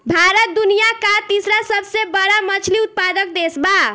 भारत दुनिया का तीसरा सबसे बड़ा मछली उत्पादक देश बा